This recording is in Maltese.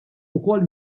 wkoll